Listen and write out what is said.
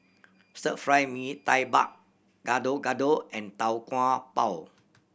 Stir Fried Mee Tai Mak Gado Gado and Tau Kwa Pau